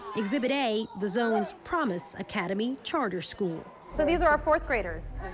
exhibit a, the zone's promise academy charter school. so these are our fourth graders.